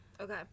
Okay